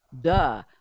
duh